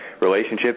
relationship